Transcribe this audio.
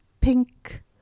pink